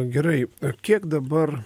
gerai kiek dabar